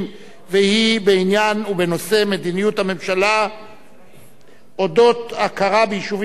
והיא בעניין ובנושא: מדיניות הממשלה בדבר הכרה ביישובים ערביים,